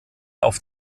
auf